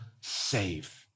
save